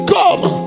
Come